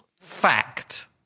Fact